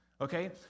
okay